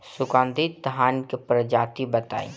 सुगन्धित धान क प्रजाति बताई?